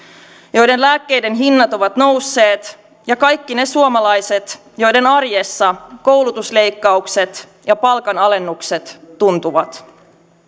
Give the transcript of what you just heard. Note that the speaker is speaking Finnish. joiden lääkkeiden hinnat ovat nousseet ja kaikki ne suomalaiset joiden arjessa koulutusleikkaukset ja pal kanalennukset tuntuvat